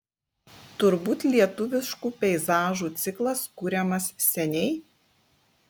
turbūt lietuviškų peizažų ciklas kuriamas seniai